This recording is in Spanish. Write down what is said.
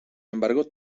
embargo